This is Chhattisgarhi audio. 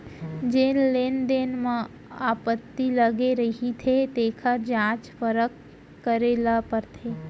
जेन लेन देन म आपत्ति लगे रहिथे तेखर जांच परख करे ल परथे